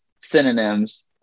synonyms